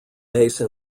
base